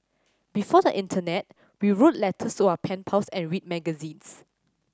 before the internet we wrote letters to our pen pals and read magazines